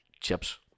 chips